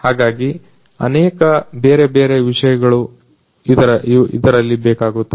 ಹಾಗಾಗಿ ಅನೇಕ ಬೇರೆ ಬೇರೆ ವಿಷಯಗಳು ಇದರಲ್ಲಿ ಬೇಕಾಗುತ್ತವೆ